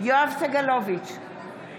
יואב סגלוביץ'